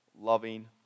loving